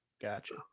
Gotcha